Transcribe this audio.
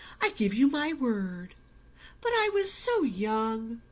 i give you my word but i was so young.